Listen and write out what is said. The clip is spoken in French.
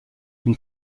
une